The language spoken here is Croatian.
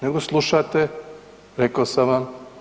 Nego slušate, rekao sam vam.